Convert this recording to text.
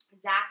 Zach